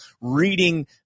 reading